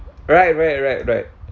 right right right right